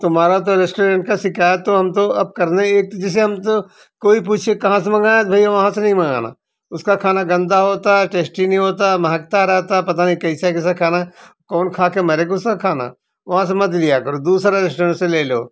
तुम्हारा तो रेस्टॉरेंट की शिकायत तो हम तो अब करने ही तो जैसे हम तो कोई पूछे कहाँ से मगवाया तो भैया वहाँ से नहीं मगाना उसका खाना गंदा होता है टेस्टी नहीं होता है महकता रहता है पता नहीं कैसा कैसा खाना कौन खाकर मरेग उसका खाना वहाँ से मत लिया करो दूसरे रेस्टॉरेंट से ले लो